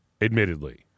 admittedly